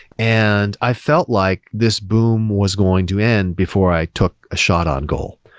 and i felt like this boom was going to end before i took a shot on goal.